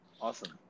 Awesome